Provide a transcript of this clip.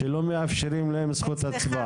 שלא מאפשרים להם זכות הצבעה.